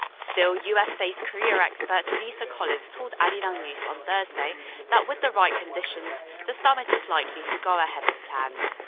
still, u s based korea expert lisa collins told arirang news on thursday that with the right conditions, the summit is likely to go ahead as planned.